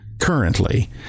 currently